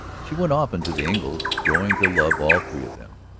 she went often to the engles', growing to love all three of them,